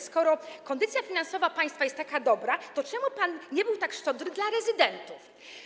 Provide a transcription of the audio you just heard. Skoro kondycja finansowa państwa jest taka dobra, to czemu pan nie był tak szczodry dla rezydentów?